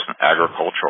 agricultural